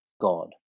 god